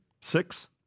Six